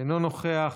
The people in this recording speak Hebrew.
אינו נוכח,